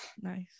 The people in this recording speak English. nice